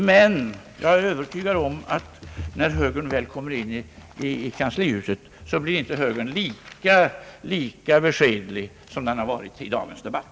Men jag är Övertygad om att när högern kommer in i kanslihuset, så blir högern inte lika beskedlig som i dagens debatt.